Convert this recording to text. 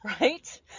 Right